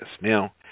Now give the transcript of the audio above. Now